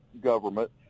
government